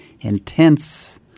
intense